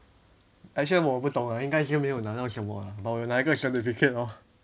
actually 我不懂啊应该是没有拿到什么啊 but 我有拿一个 certificate lor